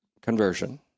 conversion